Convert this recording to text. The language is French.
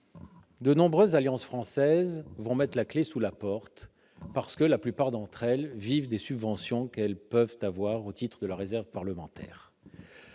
de nombreuses alliances françaises allaient mettre la clef sous la porte, et pour cause : la plupart d'entre elles vivent des subventions qu'elles peuvent recevoir au titre de la réserve parlementaire.